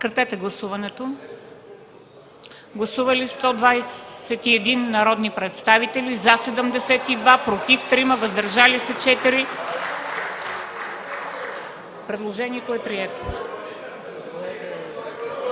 Моля, гласувайте. Гласували 138 народни представители: за 125, против 4, въздържали се 9. Предложението е прието.